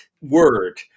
word